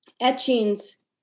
etchings